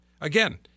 Again